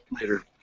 later